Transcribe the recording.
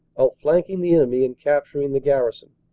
out flanking the enemy and capturing the garrison.